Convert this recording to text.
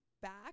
back